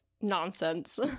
nonsense